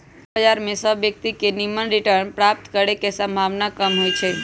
share बजार में सभ व्यक्तिय के निम्मन रिटर्न प्राप्त करे के संभावना कम होइ छइ